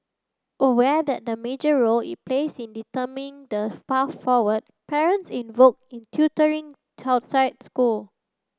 aware that the major role it plays in determining the path forward parents invoke in tutoring outside school